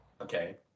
Okay